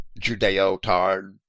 Judeo-tard